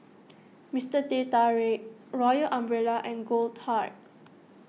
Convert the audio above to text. Mister Teh Tarik Royal Umbrella and Goldheart